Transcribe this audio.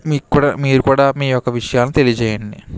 మీక్కూడా మీరు కూడా మీ యొక్క విషయాలను తెలియజేయండి